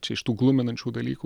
čia iš tų gluminančių dalykų